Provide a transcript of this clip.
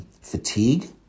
fatigue